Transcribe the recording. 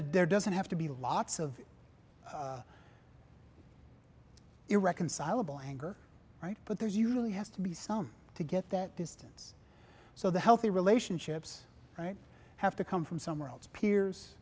dare doesn't have to be lots of irreconcilable anger right but there's usually has to be some to get that distance so the healthy relationships right have to come from somewhere else peers